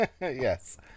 yes